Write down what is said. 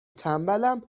تنبلم